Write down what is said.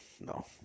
no